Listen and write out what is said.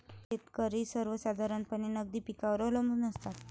शेतकरी सर्वसाधारणपणे नगदी पिकांवर अवलंबून असतात